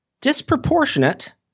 disproportionate